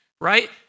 right